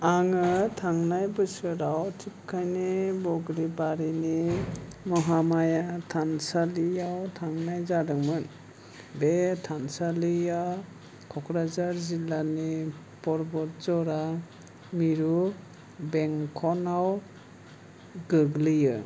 आङो थांनाय बोसोराव टिपकाइनि बग्रिबारिनि महामाया थानसालिआव थांनाय जादोंमोन बे थानसालिया क'क्राझार जिल्लानि परबटजरा मिरु बेंखनआव गोग्लैयो